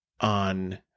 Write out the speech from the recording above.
on